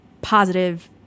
positive